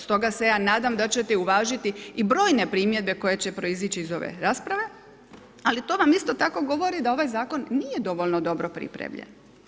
Stoga se ja nadam da ćete uvažiti i brojne primjedbe koje će proizići iz ove rasprave, ali to vam isto tako govori da ovaj zakon nije dovoljno dobro pripremljen.